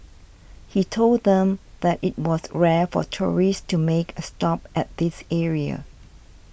he told them that it was rare for tourists to make a stop at this area